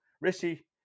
Rishi